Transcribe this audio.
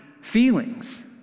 feelings